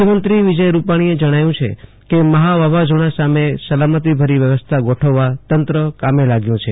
મુખ્યમંત્રી વિજય રૂપાણીએ જણાવ્યું કે મહા વાવાઝોડા સામે સલામતીભરી વ્યવસ્થા ગોઠવવા તંત્ર કામે લાગ્યું છે